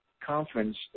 conference